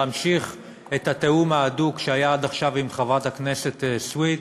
להמשיך את התיאום ההדוק שהיה עד עכשיו עם חברת הכנסת סויד,